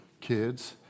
kids